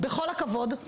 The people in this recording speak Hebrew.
בכל הכבוד,